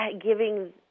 giving